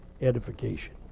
edification